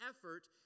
effort